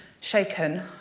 Shaken